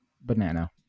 banana